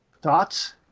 Thoughts